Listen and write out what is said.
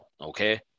Okay